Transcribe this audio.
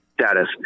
status